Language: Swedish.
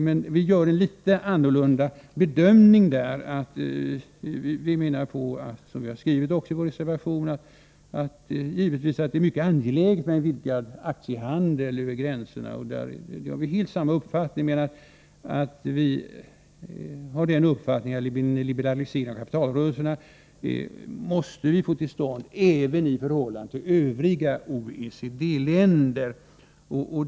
Men vi bedömer saken litet annorlunda. Vi menar, det framgår av skrivningen i vårt särskilda yttrande om en gemensam nordisk aktiemarknad, att det givetvis är mycket angeläget med en vidgad aktiehandel över gränserna. I det avseendet har vi precis samma uppfattning. Men vi anser att vi måste få till stånd en liberalisering av kapitalrörelserna även i förhållande till övriga OECD-länder.